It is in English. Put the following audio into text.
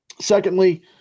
Secondly